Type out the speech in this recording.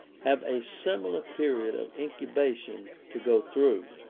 have a similar period of incubation to go through.